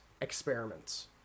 experiments